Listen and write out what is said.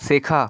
শেখা